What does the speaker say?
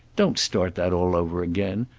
don't start that all over again.